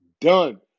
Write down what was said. Done